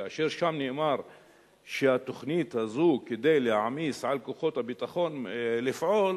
כאשר שם נאמר שהתוכנית הזאת היא כדי להעמיס על כוחות הביטחון לפעול,